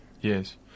Yes